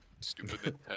Stupid